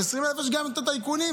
20,000. יש גם טייקונים,